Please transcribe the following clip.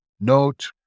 note